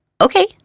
Okay